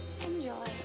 Enjoy